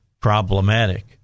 problematic